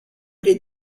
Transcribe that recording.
les